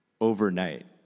overnight